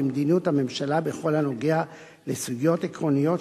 במדיניות הממשלה בכל הנוגע לסוגיות עקרוניות